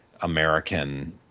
American